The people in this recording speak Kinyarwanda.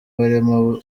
barimo